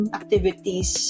activities